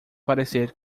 parecer